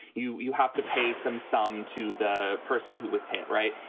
you you have to pay some sum to the person who was hit. right.